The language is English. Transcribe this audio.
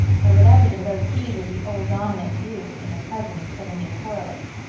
or whatever the devotees of the old dominant do in the presence of a new correlate.